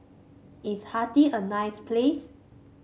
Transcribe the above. is Haiti a nice place